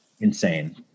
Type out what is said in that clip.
Insane